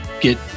get